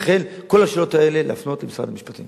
לכן, כל השאלות האלה, להפנות למשרד המשפטים.